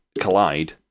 collide